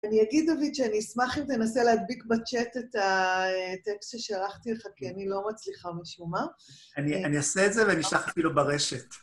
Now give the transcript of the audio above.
אני אגיד, דוד, שאני אשמח אם תנסה להדביק בצ'אט את הטקסט ששלחתי לך, כי אני לא מצליחה משום מה. אני אעשה את זה ואני שלחתי לו ברשת.